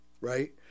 right